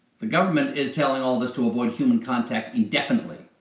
the government is telling all of us to avoid human contact indefinitely.